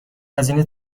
هزینه